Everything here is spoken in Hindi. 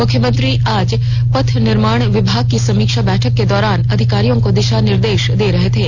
मुख्यमंत्री आज पथ निर्माण विभाग की समीक्षा बैठक के दौरान अधिकारियों को दिषा निर्देष दे रहे थे